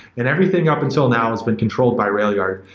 and everything up until now has been controlled by railyard.